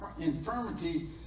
infirmity